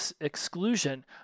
exclusion